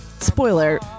Spoiler